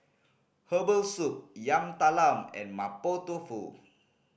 herbal soup Yam Talam and Mapo Tofu